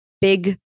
big